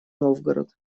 новгород